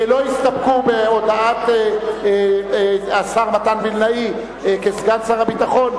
כי הם לא הסתפקו בהודעת השר מתן וילנאי כסגן שר הביטחון.